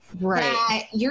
Right